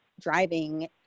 driving